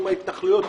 התנחלויות אגב.